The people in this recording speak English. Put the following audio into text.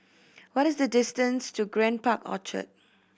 what is the distance to Grand Park Orchard